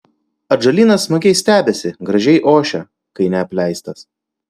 atžalynas smagiai stiebiasi gražiai ošia kai neapleistas